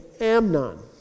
Amnon